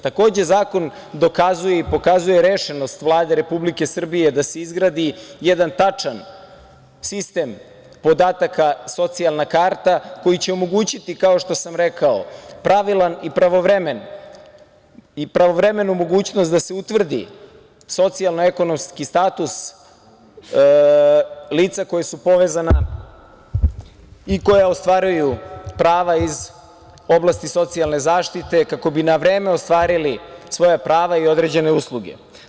Takođe, zakon dokazuje i pokazuje rešenost Vlade Republike Srbije da se izgradi jedan tačan sistem podataka „socijalna karta“ koji će omogućiti, kao što sam rekao, pravilnu i pravovremenu mogućnost da se utvrdi socijalno-ekonomski status lica koja su povezana i koja ostvaruju prava iz oblasti socijalne zaštite, kako bi na vreme ostvarili svoja prava i određene usluge.